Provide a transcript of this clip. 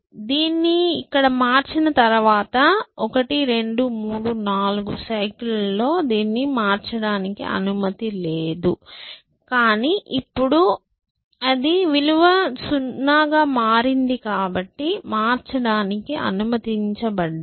దీన్ని ఇక్కడ మార్చిన తరువాత 1 2 3 4 సైకిల్లో దీన్ని మార్చడానికి అనుమతి లేదు కానీ ఇప్పుడు అది విలువ 0 గా మారింది కాబట్టి మార్చడానికి అనుమతించబడ్డాము